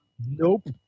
Nope